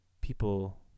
people